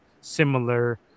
similar